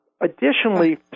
Additionally